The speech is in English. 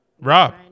Rob